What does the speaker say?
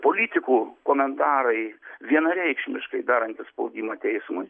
politikų komentarai vienareikšmiškai darantys spaudimą teismui